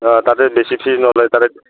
অঁ তাতে বেছি ফিজ নলয় তাতে